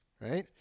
right